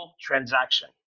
transaction